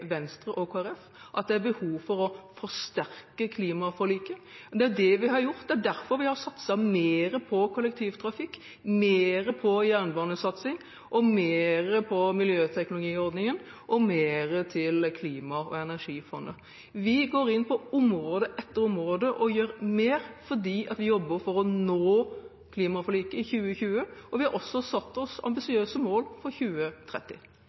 Venstre og Kristelig Folkeparti, sagt at det er et behov for å forsterke klimaforliket. Og det er det vi har gjort. Det er derfor vi har satset mer på kollektivtrafikk, mer på jernbane, mer på miljøteknologiordningen og mer på klima- og energifondet. Vi går inn på område etter område og gjør mer, fordi vi jobber for å nå klimaforliket i 2020, og vi har også satt oss ambisiøse mål for 2030.